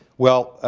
well,